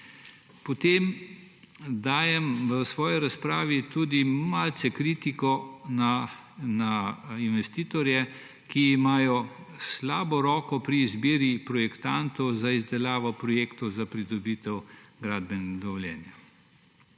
Potem dajem v svoji razpravi tudi malce kritiko na investitorje, ki imajo slabo roko pri izbiri projektantov za izdelavo projektov za pridobitev gradbenega dovoljenja.